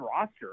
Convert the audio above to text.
roster